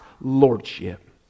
Lordship